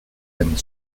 and